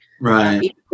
right